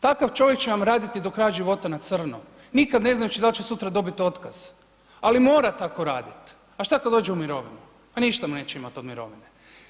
Takav čovjek će vam raditi do kraja života na crno, nikad ne znajući dal će sutra dobiti otkaz, ali mora tako radit, a šta kad dođe u mirovinu, pa ništa mu neće imat od mirovine.